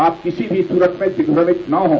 आप किसी भी सूरत में दिग्भ्रमित न हों